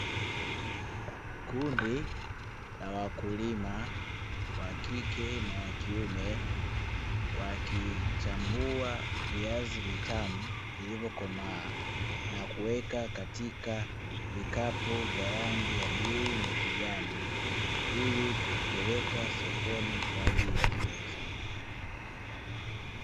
Kundi la wakulima, wakike na wakiume, wakichambua viazi vitamu viliyokomaa na kuweka katika vikapu vya rangi ya bluu na kijani, ili kuvipeleka sokoni kwa ajili ya kuuza.